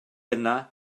yna